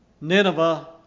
Nineveh